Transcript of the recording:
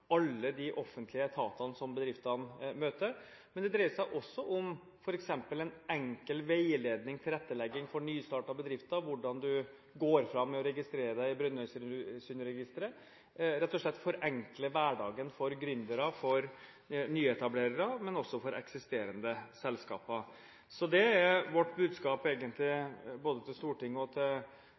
alle de offentlige etatene som bedriftene møter, men det dreier seg også om f.eks. en enkel veiledning, tilrettelegging, for nystartede bedrifter, hvordan du går fram ved å registrere deg i Brønnøysundregistrene – rett og slett forenkle hverdagen for gründere, for nyetablerere, men også for eksisterende selskaper. Så vårt budskap både til Stortinget og til